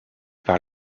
par